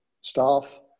staff